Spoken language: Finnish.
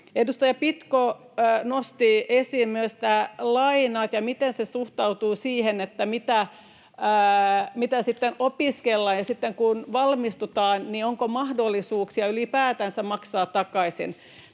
Edustaja Pitko nosti esiin myös nämä lainat ja sen, miten se suhteutuu siihen, mitä sitten opiskellaan, ja siihen, että sitten kun valmistutaan, niin onko mahdollisuuksia ylipäätänsä maksaa takaisin.